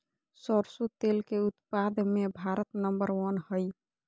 सरसों तेल के उत्पाद मे भारत नंबर वन हइ